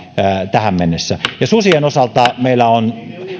tähän mennessä susien osalta meillä on